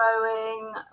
growing